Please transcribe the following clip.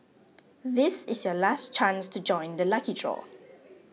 this is your last chance to join the lucky draw